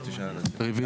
רוויזיה.